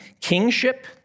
Kingship